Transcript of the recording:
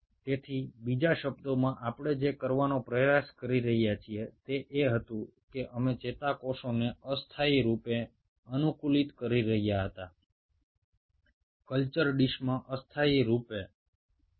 অন্যভাবে বলতে গেলে আমরা এখানে একটা কালচার ডিসে সাময়িকভাবে নিউরনগুলোকে কন্ডিশনিং করতে চেষ্টা করছি